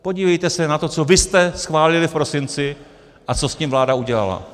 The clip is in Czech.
Podívejte se na to, co vy jste schválili v prosinci a co s tím vláda udělala.